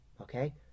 Okay